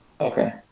Okay